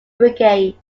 brigade